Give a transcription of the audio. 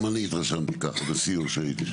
גם אני התרשמתי ככה בסיור שלי.